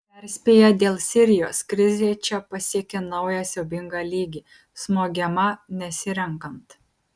perspėja dėl sirijos krizė čia pasiekė naują siaubingą lygį smogiama nesirenkant